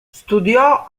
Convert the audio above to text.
studiò